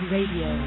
Radio